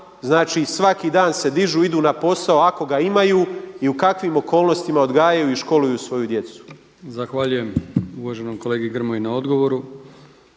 znači svaki dan se dižu, idu na posao ako ga imaju i u kakvim okolnostima odgajaju i školu svoju djecu. **Brkić, Milijan (HDZ)** Zahvaljujem uvaženom kolegi Grmoji na odgovoru.